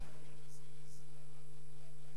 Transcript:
ישיבה